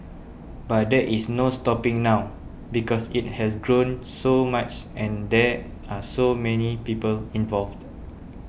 but there is no stopping now because it has grown so much and there are so many people involved